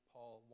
Paul